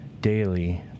Daily